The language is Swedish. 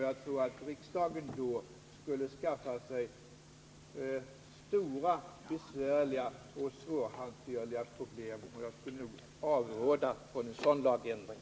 Jag tror att riksdagen då skulle skaffa sig stora, besvärliga och svårhanterliga problem, varför jag skulle vilja avråda från en sådan lagändring.